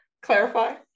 clarify